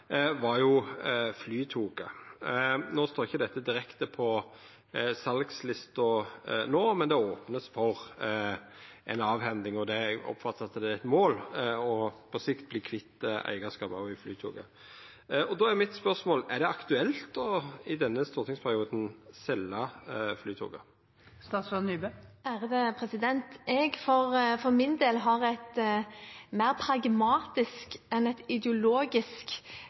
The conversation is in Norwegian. står ikkje direkte på salslista no, men det vert opna for ei avhending, og eg oppfattar at det er eit mål på sikt å verta kvitt eigarskapet i Flytoget. Då er spørsmålet mitt: Er det aktuelt i denne stortingsperioden å selja Flytoget? Jeg, for min del, har en mer pragmatisk enn ideologisk